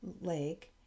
leg